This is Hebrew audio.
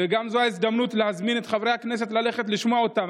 וזאת גם ההזדמנות להזמין את חברי הכנסת ללכת לשמוע אותן.